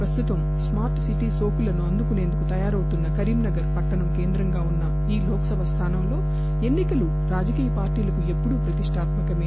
ప్రస్తుతం smart city నిోకులను అందుకునేందుకు తయారవుతున్న కరీంనగర్ పట్టణం కేంద్రం గా వున్నా కరీం నగర్ లోక్ సభ స్థానం లో ఎన్నికలు రాజకీయ పార్టీలకు ఎప్పుడూ ప్రతిష్టాత్మకమే